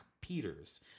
Peters